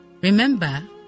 Remember